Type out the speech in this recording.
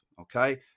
Okay